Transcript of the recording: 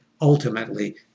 ultimately